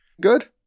good